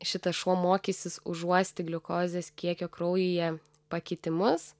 šitas šuo mokysis užuosti gliukozės kiekio kraujyje pakitimus